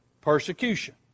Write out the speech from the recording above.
persecution